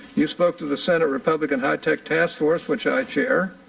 you spoke to the senate republican ah task task force, which i chair.